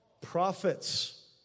Prophets